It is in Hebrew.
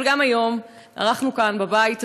אבל היום גם ערכנו כאן בבית הזה,